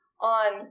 on